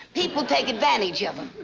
people take advantage of him.